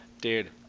dude